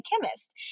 chemist